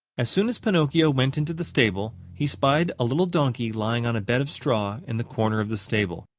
as soon as pinocchio went into the stable, he spied a little donkey lying on a bed of straw in the corner of the stable.